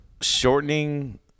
shortening